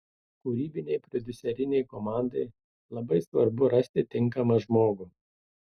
kūrybinei prodiuserinei komandai labai svarbu rasti tinkamą žmogų